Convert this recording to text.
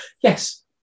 Yes